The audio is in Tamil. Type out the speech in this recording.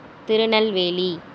திருநெல்வேலி